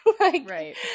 right